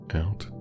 out